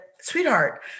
Sweetheart